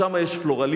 שם יש פלורליזם,